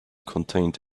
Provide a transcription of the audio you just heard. contained